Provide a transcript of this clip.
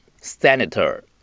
senator